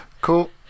Cool